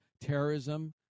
terrorism